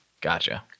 Gotcha